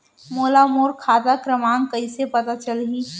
मोला मोर खाता क्रमाँक कइसे पता चलही?